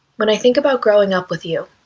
when i think about growing up with you,